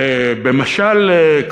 במשל,